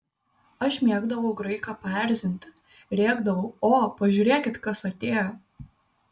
aš mėgdavau graiką paerzinti rėkdavau o pažiūrėkit kas atėjo